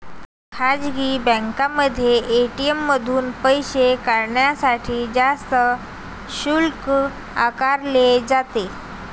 खासगी बँकांमध्ये ए.टी.एम मधून पैसे काढण्यासाठी जास्त शुल्क आकारले जाते